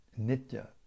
Nitya